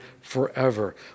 forever